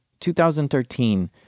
2013